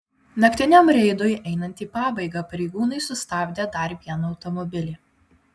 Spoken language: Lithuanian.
naktiniam reidui einant į pabaigą pareigūnai sustabdė dar vieną automobilį